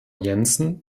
jensen